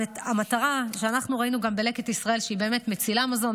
המטרה שאנחנו ראינו בלקט ישראל היא שהיא באמת מצילה מזון,